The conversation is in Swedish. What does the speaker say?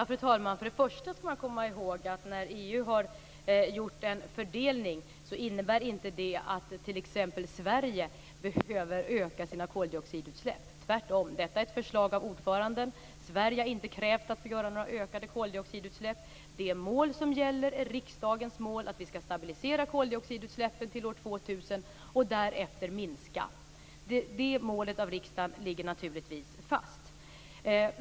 Fru talman! För det första skall man komma ihåg att när EU har gjort en fördelning, innebär inte det att t.ex. Sverige behöver öka sina koldioxidutsläpp. Detta är tvärtom ett förslag från ordföranden. Sverige har inte krävt att få göra några ökade koldioxidutsläpp. Det mål som gäller är riksdagens mål att vi skall stabilisera koldioxidutsläppen till år 2000 och därefter minska. Det målet, som har antagits av riksdagen, ligger naturligtvis fast.